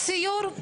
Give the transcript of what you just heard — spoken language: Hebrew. סיור בבני ברק?